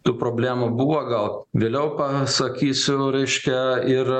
tų problemų buvo gal vėliau pasakysiu reiškia ir